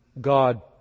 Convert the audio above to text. God